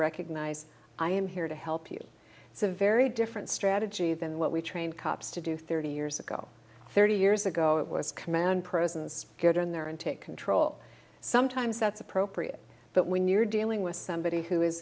recognize i am here to help you it's a very different strategy than what we trained cops to do thirty years ago thirty years ago it was command presence get in there and take control sometimes that's appropriate but when you're dealing with somebody who is